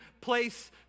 place